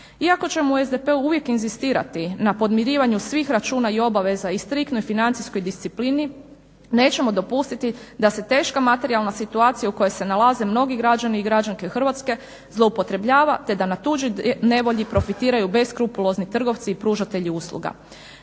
Iako ćemo u SDP-u uvijek inzistirati na podmirivanju svih računa, i obaveza, i striktnoj financijskoj disciplini. Nećemo dopustiti da se teška materijalna situacija u kojoj se nalaze mnogi građani i građanke Hrvatske zloupotrebljava te da na tuđoj nevolji profitiraju beskrupulozni trgovci i pružatelji usluga.